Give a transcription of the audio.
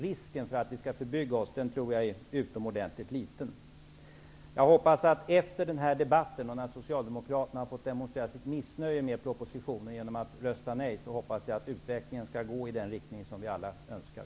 Risken för att vi skall förbygga oss tror jag är utomordentligt liten. Jag hoppas att utvecklingen efter denna debatt -- när Socialdemokraterna har fått demonstrera sitt missnöje med propositionen genom att rösta nej -- kommer att gå i den riktning som vi alla önskar.